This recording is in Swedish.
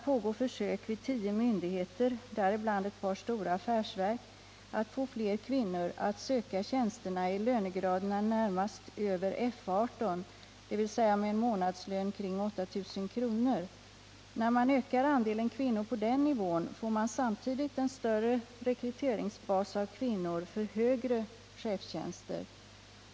pågår försök vid tio myndigheter, däribland ett par stora affärsverk, att få fler kvinnor att söka tjänsterna i lönegraderna närmast över F 18, dvs. med en månadslön kring 8 000 kr. När man ökar andelen kvinnor på den nivån, får man samtidigt en större rekryteringsbas av kvinnor för högre chefstjänster.